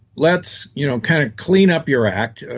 let's you know kind of clean up your act.